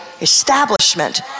establishment